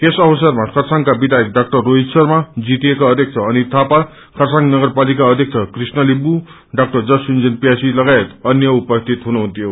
यस अवसरमा खरसाङका विधायक डाक्टर राहित शर्मा जीटिए का अध्यक्ष अनित थापा खरसाङ नगरपालिका अध्यक्ष कृश्ण लिम्बु डाक्अर जस योंजन प्यासी लगायात अ अन्य उपस्थित थिए